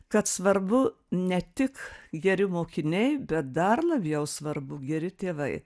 kad svarbu ne tik geri mokiniai bet dar labiau svarbu geri tėvai